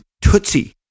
Tootsie